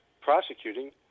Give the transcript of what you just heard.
prosecuting